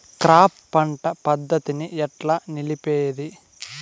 Crop పంట పద్ధతిని ఎట్లా నిలిపేది?